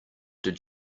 did